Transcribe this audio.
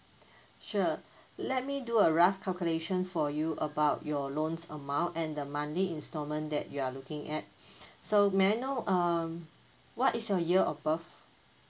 sure let me do a rough calculation for you about your loans amount and the monthly instalment that you are looking at so may I know um what is your year of birth